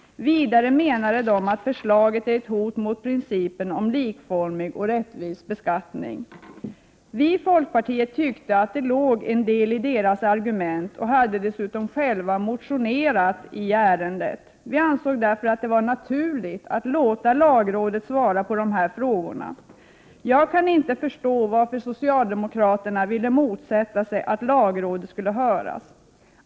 Vidare menade de att förslaget är ett hot mot principen om likformig och Prot. 1988/89:86 rättvis beskattning. 22 mars 1989 Vii folkpartiet tyckte att det lå; delid t och hade dessut RE 11folkpartiet tyckte a' Ce! g en del i deras argument oc ade dessutom Begränsad avdragsrätt själva motionerat i ärendet. Vi ansåg därför att det var naturligt att låta förvi förl 2 : 3 se > Or vissa reafoi ter, lagrådet svara på dessa frågor. Jag kan inte förstå varför socialdemokraterna SNES USKEn m.m. ville motsätta sig att lagrådet skulle höras.